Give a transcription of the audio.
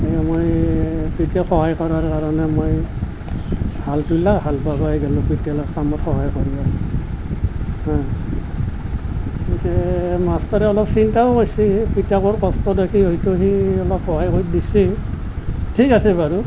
যে মই পিতাক সহায় কৰাৰ কাৰণে মই হালটো লৈ হাল বাব আহি গ'লোঁ পিতাইক অলপ কামত সহায় কৰি আছোঁ তেতিয়া মাষ্টৰে অলপ চিন্তাও কৰিছে পিতাকৰ কষ্ট দেখি হয়তো সি অলপ সহায় কৰি দিছে ঠিক আছে বাৰু